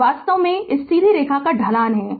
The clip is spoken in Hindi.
यह वास्तव में इस सीधी रेखा का ढाल है